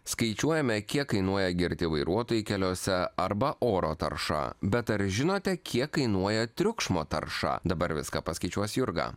skaičiuojame kiek kainuoja girti vairuotojai keliuose arba oro tarša bet ar žinote kiek kainuoja triukšmo tarša dabar viską paskaičiuos jurga